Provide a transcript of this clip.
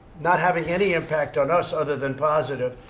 not having any impact on us other than positive,